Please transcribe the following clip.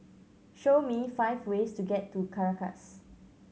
show me five ways to get to Caracas